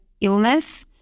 illness